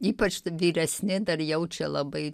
ypač vyresni dar jaučia labai